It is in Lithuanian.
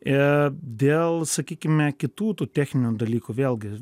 dėl sakykime kitų tų techninių dalykų vėlgi